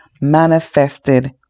manifested